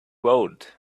old